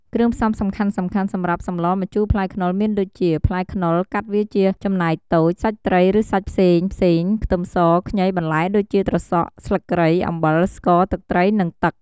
គ្រឿងផ្សំសំខាន់ៗសម្រាប់សម្លរម្ជូរផ្លែខ្នុរមានដូចជា ផ្លែខ្នុរ កាត់វាជាចំណែកតូច សាច់ត្រី ឬសាច់ផ្សេងៗ ខ្ទឹមស ខ្ញី បន្លែដូចជា ត្រសក់ ស្លឹកគ្រៃ អំបិល ស្ករ ទឹកត្រី និង ទឹក។